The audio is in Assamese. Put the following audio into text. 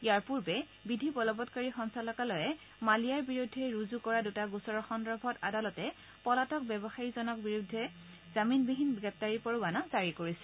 ইয়াৰ পূৰ্বে বিধি বলৱৎকাৰী সঞ্চালকালয়ে মালিয়াৰ বিৰুদ্ধে ৰুজু কৰা দুটা গোচৰৰ সন্দৰ্ভত আদালতে পলাতক ব্যৱসায়ীজনৰ বিৰুদ্ধে জামিনবিহীন গেপ্তাৰী পৰোৱানা জাৰি কৰিছিল